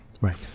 Right